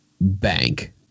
bank